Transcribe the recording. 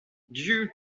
due